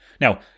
Now